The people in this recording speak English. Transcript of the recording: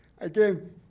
again